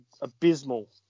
abysmal